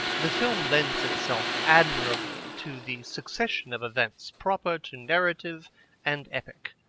the film lends itself admirably to the succession of events proper to narrative and epic,